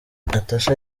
natasha